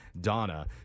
Donna